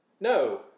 No